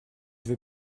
veux